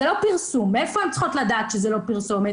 מאיפה הן יודעות שזה לא פרסומת?